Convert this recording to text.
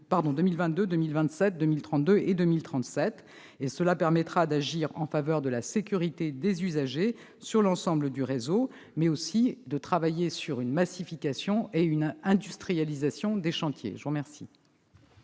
2022, 2027, 2032 et 2037-, ce qui permettra d'agir en faveur de la sécurité des usagers sur l'ensemble du réseau, mais aussi de travailler sur une massification et une industrialisation des chantiers. La parole